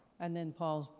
and then paul.